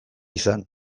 izan